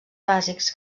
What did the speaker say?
bàsics